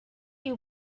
you